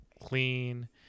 clean